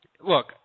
look